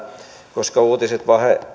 koska uutiset